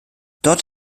dort